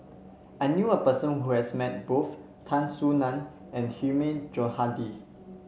I knew a person who has met both Tan Soo Nan and Hilmi Johandi